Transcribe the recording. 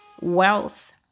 wealth